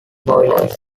boilers